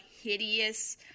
hideous